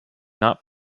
not